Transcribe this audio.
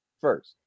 first